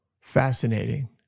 Fascinating